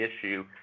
issue